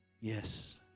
Yes